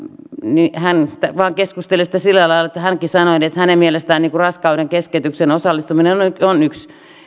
ja hän vain keskusteli siitä sillä lailla että hänkin sanoi että hänen mielestään raskaudenkeskeytykseen osallistuminen on yksi